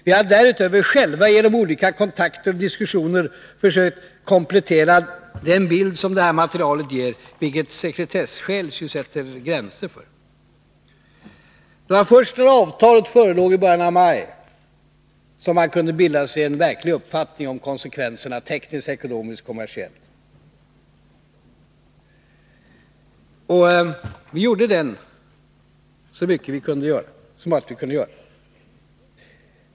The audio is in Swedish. Vi har därutöver själva genom olika kontakter och diskussioner försökt komplettera den bild som detta material ger, vilket sekretesskäl sätter gränser Det var först när avtalet förelåg i början av maj som man kunde bilda sig en verklig uppfattning om konsekvenserna tekniskt, ekonomiskt och kommersiellt. Vi bildade oss också en uppfattning, så mycket vi alltså kunde göra det.